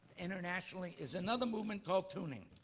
internationally is another movement called tuning.